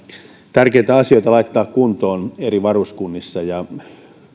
tärkeitä asioita laittaa kuntoon eri varuskunnissa ja